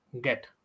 get